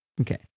Okay